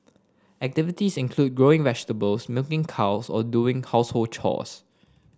activities include growing vegetables milking cows or doing household chore